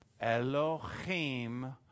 Elohim